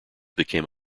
became